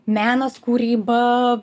menas kūryba